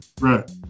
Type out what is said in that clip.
Right